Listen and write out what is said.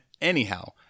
Anyhow